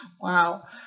wow